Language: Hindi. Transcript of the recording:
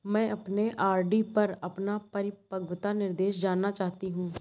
मैं अपने आर.डी पर अपना परिपक्वता निर्देश जानना चाहती हूँ